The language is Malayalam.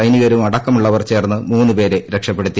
സൈനീകരുമടക്കമുള്ളവർ ചേർന്ന് മൂന്ന് പേരെ രക്ഷപ്പെടുത്തി